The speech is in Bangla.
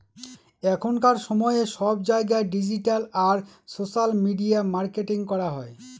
এখনকার সময়ে সব জায়গায় ডিজিটাল আর সোশ্যাল মিডিয়া মার্কেটিং করা হয়